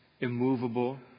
immovable